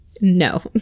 No